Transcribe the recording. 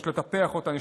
יש לטפח אותן.